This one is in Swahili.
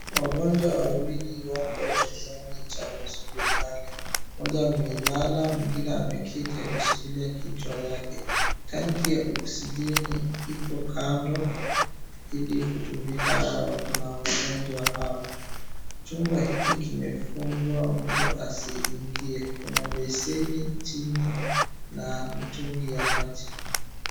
Wagonjwa wawili wako chumbani cha hospitali mmoja amelala mwingine ameketi akishikilia kichwa yake, tenki ya oksijeni iko kando ili kutumika na wagonjwa hawa. Chumba hiki kimefungwa mtu asiingie, kuna baseni chini na mtungi ya maji.